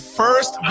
first